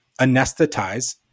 anesthetize